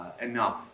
enough